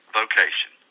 vocation